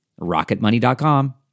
rocketmoney.com